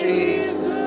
Jesus